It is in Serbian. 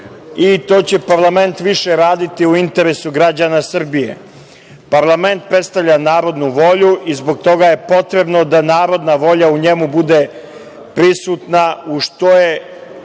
i to će parlament više raditi u interesu građana Srbije. Parlament predstavlja narodnu volju i zbog toga je potrebno da narodna volja u njemu bude prisutna u što je